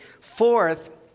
Fourth